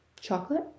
Chocolate